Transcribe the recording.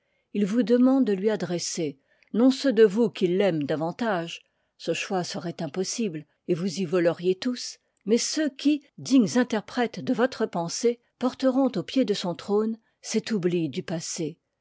il vous demande de lui adresser non ceux de vous qui l'aiment davantage ce choix seroit impossible et vous y voleriez tous mais ceux qui w dignes interprètes de votre pensée porteront au pied de son trône cet oubli du passé